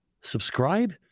Subscribe